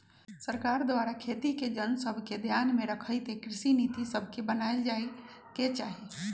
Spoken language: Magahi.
सरकार द्वारा खेती के जन सभके ध्यान में रखइते कृषि नीति सभके बनाएल जाय के चाही